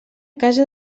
casa